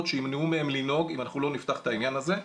שימנעו מהם לנהוג אם אנחנו לא נפתח את העניין הזה.